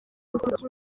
umuziki